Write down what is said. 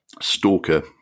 Stalker